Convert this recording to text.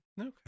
Okay